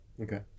Okay